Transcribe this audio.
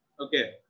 Okay